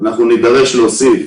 נידרש להוסיף